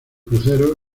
crucero